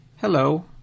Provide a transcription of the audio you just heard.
Hello